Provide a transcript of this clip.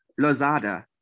Lozada